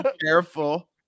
careful